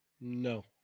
no